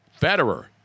Federer